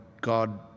God